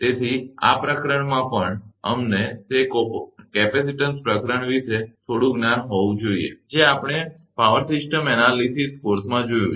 તેથી અને આ પ્રકરણમાં પણ અમને તે કેપેસીટન્સ પ્રકરણ વિશે તમારું થોડું જ્ જ્ઞાન જોઈશે જે આપણે પાવર સિસ્ટમ એનાલીસીસ કોર્સમાં જોયું છે